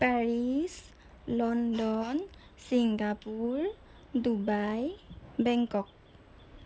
Paris London Singapore Dubai Bangkok